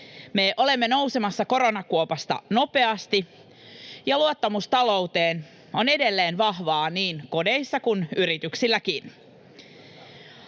Me olemme nousemassa koronakuopasta nopeasti, ja luottamus ta-louteen on edelleen vahvaa niin kodeissa kuin yrityksilläkin.